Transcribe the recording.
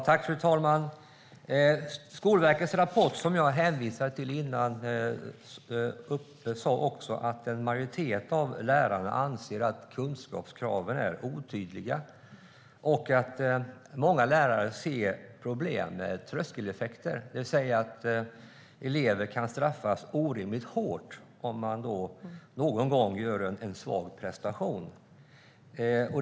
Fru talman! Av Skolverkets rapport, som jag hänvisade till tidigare, framgår att en majoritet av lärarna anser att kunskapskraven är otydliga. Många lärare ser problem med tröskeleffekter. Elever kan straffas orimligt hårt om de någon gång gör en svag prestation.